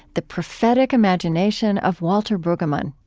the prophetic imagination of walter brueggemann.